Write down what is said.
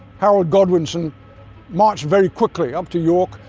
harold godwinson marched very quickly up to york,